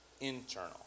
internal